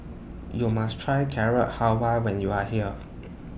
YOU must Try Carrot Halwa when YOU Are here